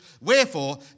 Wherefore